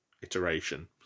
iteration